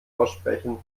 aussprechen